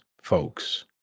folks